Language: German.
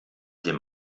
dem